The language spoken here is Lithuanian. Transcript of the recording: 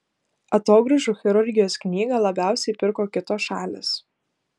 atogrąžų chirurgijos knygą labiausiai pirko kitos šalys